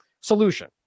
solution